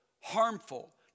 harmful